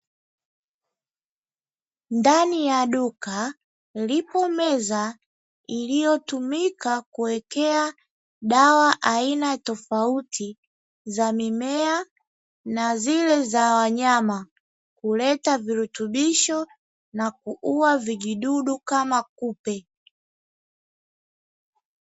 Ndani ya duka ipo meza iliyotumika kuwekea dawa aina tofauti za mimea na zile za wanyama, kuleta virutubisho na kuua vijidudu kama kupe.